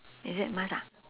is it must ah